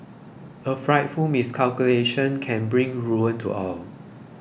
a frightful miscalculation can bring ruin to all